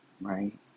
right